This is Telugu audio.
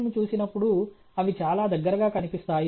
పర్యవసానంగా మూడు పరామితులలో రెండు మాత్రమే గుర్తించబడతాయి